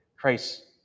Christ